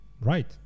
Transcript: Right